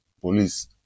Police